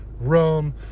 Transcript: Rome